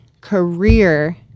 career